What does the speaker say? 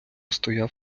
стояв